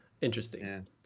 interesting